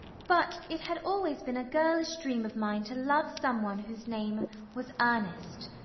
but it had always been a girlish dream of mine to love some one whose name was ernest.